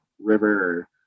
river